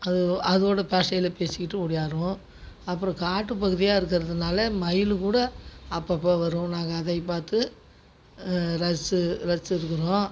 அது அதோடய பாஷயிலே பேசிகிட்டு ஓடியாரும் அப்புறம் காட்டு பகுதியாக இருக்கிறதுனால மயில் கூட அப்போ அப்போ வரும் நாங்கள் அதை பார்த்து ரசித்து ரசிச்சுயிருக்குறோம்